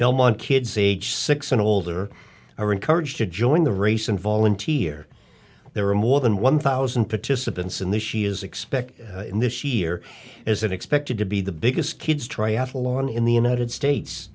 belmont kids age six and older are encouraged to join the race and volunteer there are more than one thousand participants in the she is expected in this year is it expected to be the biggest kids triathlon in the united states